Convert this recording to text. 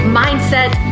mindset